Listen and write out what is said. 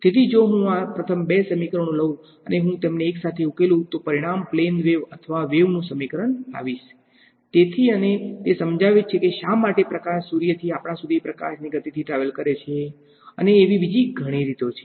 તેથી જો હું આ પ્રથમ બે સમીકરણો લઉ અને હું તેમને એકસાથે ઉકેલુ તો પરિણામ પ્લેન વેવ અથવા વેવ નું સમીકરણ લાવીશ તેથી અને તે સમજાવે છે કે શા માટે પ્રકાશ સૂર્યથી આપણા સુધી પ્રકાશની ગતિ થી ટ્રાવેલ કરે છે અને એવી બીજી ઘણી રીતો છે